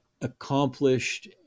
accomplished